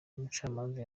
umucamanza